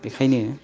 बेखायनो